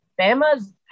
bama's